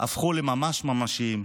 הפכו לממשיים,